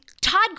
Todd